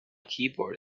keyboard